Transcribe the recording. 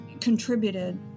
contributed